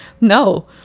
no